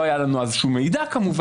לא היה לנו אז כל מידע כמובן,